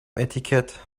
etikett